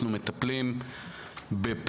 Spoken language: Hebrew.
אנחנו מטפלים בפניות.